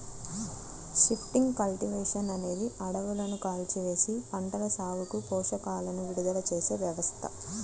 shifting cultivation అనేది అడవులను కాల్చివేసి, పంటల సాగుకు పోషకాలను విడుదల చేసే వ్యవస్థ